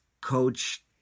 Coach